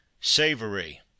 Savory